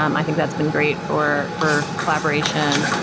um i think that's been great for for collaboration,